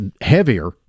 heavier